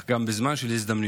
אך גם בזמן של הזדמנויות,